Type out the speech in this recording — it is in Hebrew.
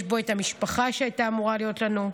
יש בו את המשפחה שהייתה אמורה להיות לנו,